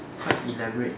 quite elaborate